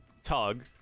Tug